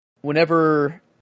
whenever